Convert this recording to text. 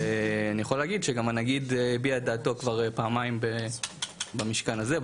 ואני יכול להגיד שהנגיד כבר הביע את דעתו פעמיים במשכן הזה,